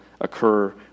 occur